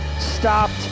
stopped